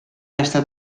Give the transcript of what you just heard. estat